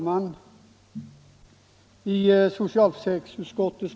Herr talman!